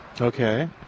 Okay